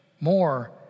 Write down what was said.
More